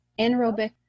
anaerobic